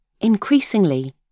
Increasingly